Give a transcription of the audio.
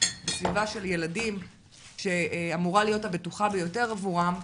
של ילדים שאמורה להיות הבטוחה ביותר עבורם,